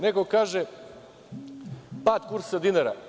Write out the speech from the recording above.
Neko kaže – pad kursa dinara.